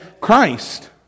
Christ